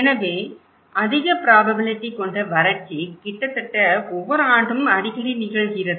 எனவே அதிக ப்ராபபிலிட்டி கொண்ட வறட்சி கிட்டத்தட்ட ஒவ்வொரு ஆண்டும் அடிக்கடி நிகழ்கிறது